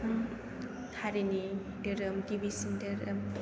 हारिनि धोरोम गिबिसिन धोरोम